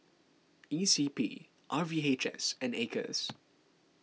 E C P R V H S and Acres